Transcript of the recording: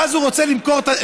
ואז הוא רוצה לבנות,